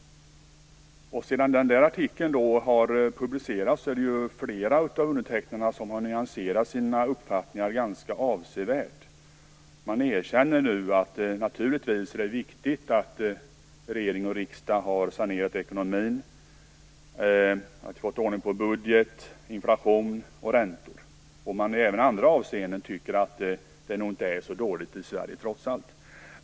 Sedan de 101 företagsledarna publicerade sin artikel har flera av undertecknarna nyanserat sina uppfattningar avsevärt. De erkänner nu att det naturligtvis är viktigt att regering och riksdag har sanerat ekonomin och fått ordning på budget, inflation och räntor. De anser även i andra avseenden att det nog trots allt inte är så dåligt i Sverige.